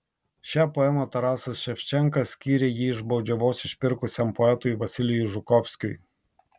šią poemą tarasas ševčenka skyrė jį iš baudžiavos išpirkusiam poetui vasilijui žukovskiui